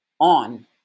on